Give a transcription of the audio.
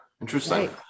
Interesting